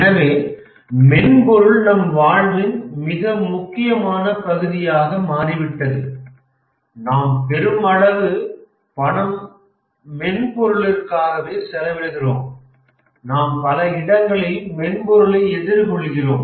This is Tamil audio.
எனவே மென்பொருள் நம் வாழ்வின் மிக முக்கியமான பகுதியாக மாறிவிட்டது நாம் பெரும் அளவு பணம் மென்பொருளிற்காகவே செலவிடுகிறோம் நாம் பல இடங்களில் மென்பொருளை எதிர்கொள்கிறோம்